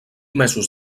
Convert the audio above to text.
mesos